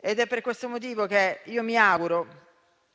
È per questo motivo che mi auguro